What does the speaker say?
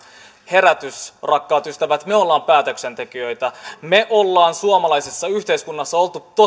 herätys rakkaat ystävät me olemme päätöksentekijöitä me olemme suomalaisessa yhteiskunnassa olleet